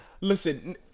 listen